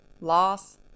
loss